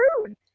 rude